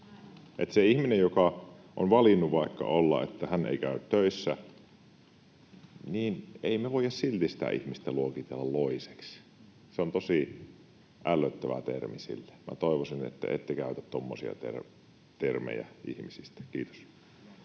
Sitä ihmistä, joka on vaikkapa valinnut, että hän ei käy töissä, ei voida silti luokitella loiseksi, se on tosi ällöttävä termi. Toivoisin, että ette käytä tuommoisia termejä ihmisistä. — Kiitos.